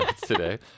today